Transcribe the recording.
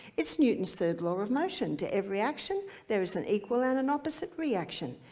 it's newton's third law of motion. to every action, there is an equal and an opposite reaction.